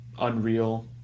unreal